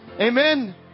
Amen